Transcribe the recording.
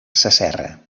sasserra